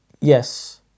Yes